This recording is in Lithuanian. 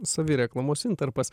savireklamos intarpas